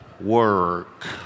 work